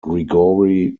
grigory